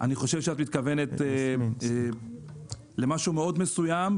אני חושב שאת מתכוונת למשהו מסוים מאוד,